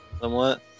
Somewhat